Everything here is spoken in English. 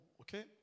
okay